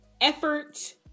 effort